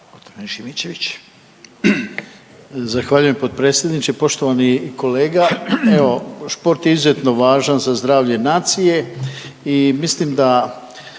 Zahvaljujem potpredsjedniče. Poštovani kolega, evo šport je izuzetno važan za zdravlje nacije i mislim da